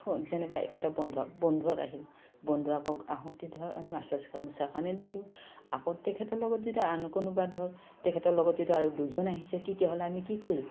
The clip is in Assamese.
যেনেবা এখেতৰ বন্ধক বন্ধুৱক আহিল বন্ধুৱাকক আহোঁতে ধৰ আমি গামোচাখনে দিলোঁ আকৌ তেখেতৰ লগত যদি আন কোনোবা ধৰক তেখেতৰ লগত যদি আৰু দুজন আহিছে তেতিয়াহ'লে আমি কি কৰো